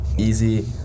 easy